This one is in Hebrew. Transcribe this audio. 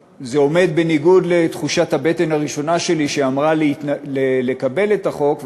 זה עומד בניגוד לתחושת הבטן הראשונה שלי שאמרה לקבל את החוק,